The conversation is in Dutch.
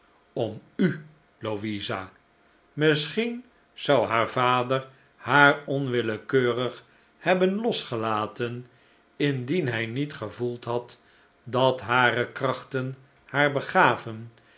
om u louisa misschien zou haar vader haar onwillekeurig hebben losgelaten indien hij niet gevoeld had dat hare krachten haar begaven